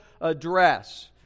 address